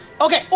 okay